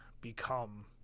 become